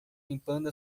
limpando